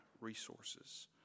resources